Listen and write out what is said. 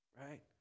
right